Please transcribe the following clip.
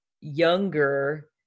younger